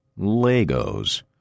Legos